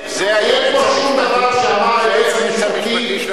אין פה שום דבר שאמר היועץ המשפטי,